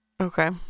Okay